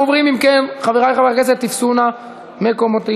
חברת הכנסת יעל כהן-פארן, אינה נוכחת.